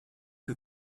que